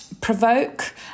provoke